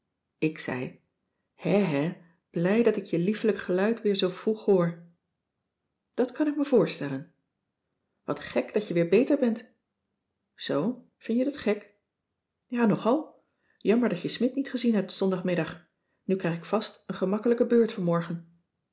ik zei hè hè blij dat ik je liefelijk geluid weer zoo vroeg hoor dat kan ik me voorstellen wat gek dat je weer beter bent zoo vin je dat gek ja nogal jammer dat je smidt niet gezien hebt zondagmiddag nu krijg ik vast een gemakkelijke beurt vanmorgen